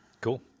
Cool